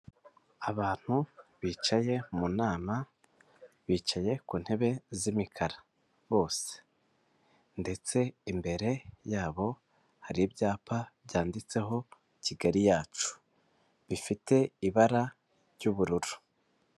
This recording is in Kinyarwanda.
Abantu bicaye mu nama, bicaye ku ntebe z'imikara bose. Ndetse imbere yabo hari ibyapa byanditseho kigali yacu ,bifite ibara ry'ubururu.